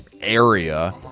area